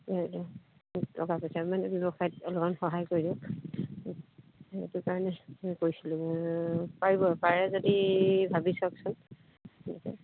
এই টকা পইচা মানে ব্যৱসায়ত অলপমান সহায় কৰি দিয়ক সেইটো কাৰণে কৈছিলোঁ পাৰিব পাৰে যদি ভাবি চাওকচোন